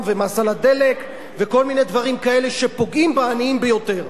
ומס על הדלק וכל מיני דברים כאלה שפוגעים בעניים ביותר.